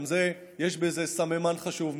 גם בזה יש סממן חשוב,